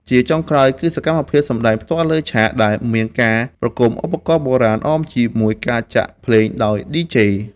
ជាចុងក្រោយ គឺសកម្មភាពសម្ដែងផ្ទាល់លើឆាក ដែលមានការប្រគំឧបករណ៍បុរាណអមជាមួយការចាក់ភ្លេងដោយ DJ។